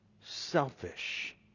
selfish